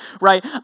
right